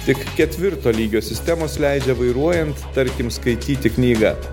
tik ketvirto lygio sistemos leidžia vairuojant tarkim skaityti knygą